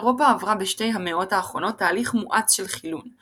אירופה עברה בשתי המאות האחרונות תהליך מואץ של חילון,